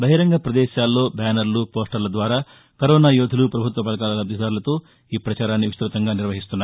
బహిరంగ పదేశాల్లో బ్యానర్లు పోస్టర్ల ద్వారా కరోనా యోధులు పభుత్వ పథకాల లబ్దిదారులతో ఈ ప్రచారాన్ని విస్తృతంగా నిర్వహిస్తున్నారు